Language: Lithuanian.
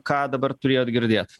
ką dabar turėjot girdėt